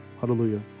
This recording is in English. Hallelujah